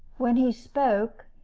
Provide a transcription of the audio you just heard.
when he spoke,